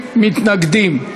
50 מתנגדים,